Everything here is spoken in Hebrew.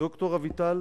שד"ר אביטל